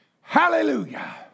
Hallelujah